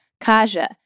Kaja